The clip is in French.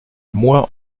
moi